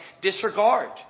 disregard